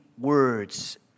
words